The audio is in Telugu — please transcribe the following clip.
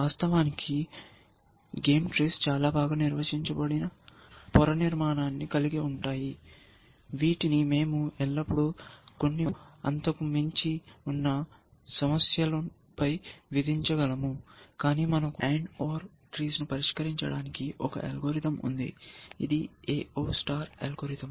వాస్తవానికి ఆట చెట్లు చాలా బాగా నిర్వచించబడిన పొర నిర్మాణాన్ని కలిగి ఉంటాయి వీటిని మేము ఎల్లప్పుడూ కొన్ని మరియు అంతకు మించి ఉన్న సమస్యలపై విధించగలము కానీ మనకు AND OR TREES ను పరిష్కరించడానికి ఒక అల్గోరిథం ఉంది ఇది AO AO స్టార్ అల్గోరిథం